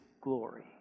glory